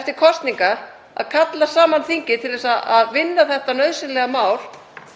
eftir kosningar að kalla saman þingið til að vinna þetta nauðsynlega mál.